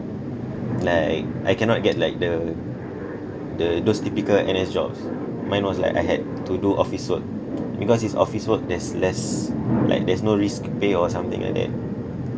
like I I cannot get like the the those typical N_S jobs mine was like I had to do office work because its office work there's less like there's no risk or something like that